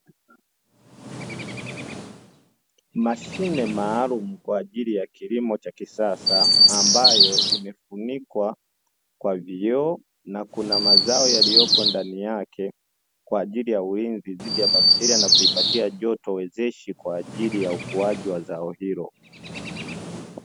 Mashine maalumu kwa ajili ya kilimo cha kisasa, ambayo imefunikwa kwa vioo na kuna mazao yaliyoko ndani yake kwa ajili ya ulinzi dhidi ya bakteria, na kuipatia joto wezeshi kwa ajili ya ukuaji wa zao hilo.